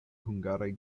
hungaraj